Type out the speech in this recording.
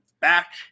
back